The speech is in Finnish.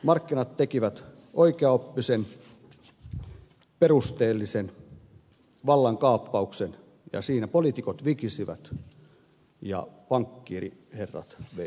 markkinat tekivät oikeaoppisen perusteellisen vallankaappauksen ja siinä poliitikot vikisivät ja pankkiiriherrat veivät